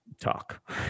talk